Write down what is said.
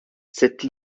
cette